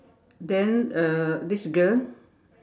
then uh this girl